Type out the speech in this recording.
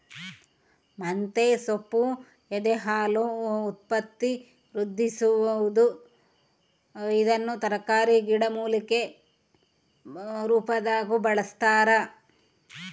ಮಂತೆಸೊಪ್ಪು ಎದೆಹಾಲು ಉತ್ಪತ್ತಿವೃದ್ಧಿಸುವದು ಇದನ್ನು ತರಕಾರಿ ಗಿಡಮೂಲಿಕೆ ರುಪಾದಾಗೂ ಬಳಸ್ತಾರ